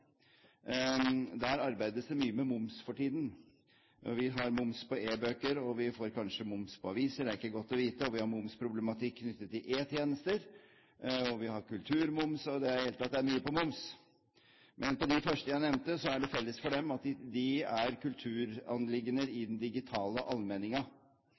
Der arbeides det mye med moms for tiden. Vi har moms på e-bøker, og vi får kanskje moms på aviser – det er ikke godt å vite – og vi har momsproblematikk knyttet til e-tjenester, og vi har kulturmoms. I det hele tatt er det mye på moms. Men når det gjelder de første jeg nevnte, er det felles for dem at de er